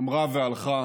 אמרה והלכה